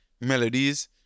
melodies